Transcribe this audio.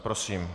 Prosím.